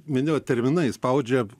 minėjot terminai spaudžia